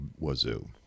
wazoo